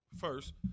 first